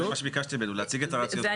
זה מה שביקשתי ממנו, להציג את הרציונל.